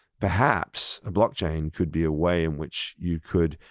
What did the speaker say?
perhaps, a blockchain could be a way in which you could